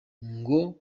ngo